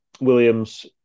Williams